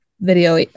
video